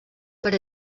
per